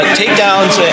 takedowns